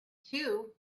too